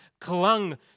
clung